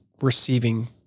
receiving